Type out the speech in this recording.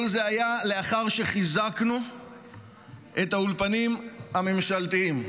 כל זה היה לאחר שחיזקנו את האולפנים הממשלתיים.